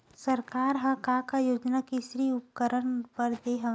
सरकार ह का का योजना कृषि उपकरण बर दे हवय?